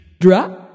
Drop